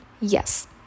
Yes